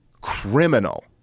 criminal